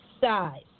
Size